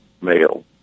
male